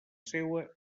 seua